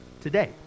today